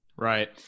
Right